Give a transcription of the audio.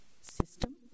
system